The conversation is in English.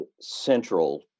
central